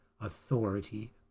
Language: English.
authority